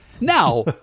Now